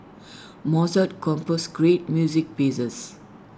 Mozart composed great music pieces